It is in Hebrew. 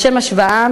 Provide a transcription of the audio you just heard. לשם השוואה,